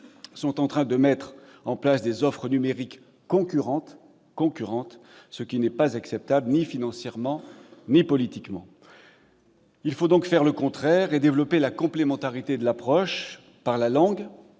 en train de mettre en place des offres numériques concurrentes, ce qui n'est acceptable ni financièrement ni politiquement. Il faut donc faire le contraire et développer la complémentarité de l'approche par la langue